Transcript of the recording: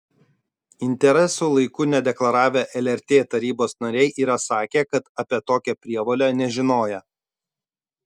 interesų laiku nedeklaravę lrt tarybos nariai yra sakę kad apie tokią prievolę nežinojo